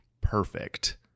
perfect